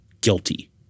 guilty